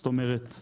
זאת אומרת,